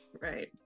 Right